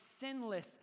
sinless